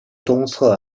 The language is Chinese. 东侧